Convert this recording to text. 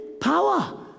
power